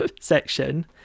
section